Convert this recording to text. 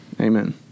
Amen